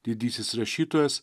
didysis rašytojas